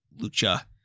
Lucha